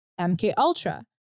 MKUltra